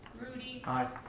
rudey. aye.